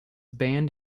banned